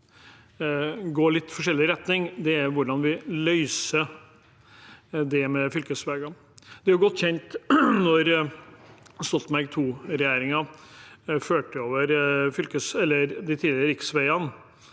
nok går i litt forskjellige retninger, er i hvordan vi løser det med fylkesveiene. Det er godt kjent at da Stoltenberg II-regjeringen overførte de tidligere riksveiene